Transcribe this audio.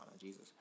Jesus